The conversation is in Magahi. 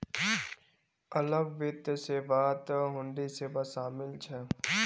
अलग वित्त सेवात हुंडी सेवा शामिल छ